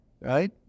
Right